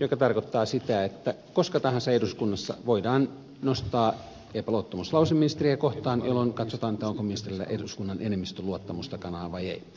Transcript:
mikä tarkoittaa sitä että koska tahansa eduskunnassa voidaan nostaa epäluottamuslause ministeriä kohtaan jolloin katsotaan onko ministerillä eduskunnan enemmistön luottamus takanaan vai ei